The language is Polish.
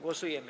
Głosujemy.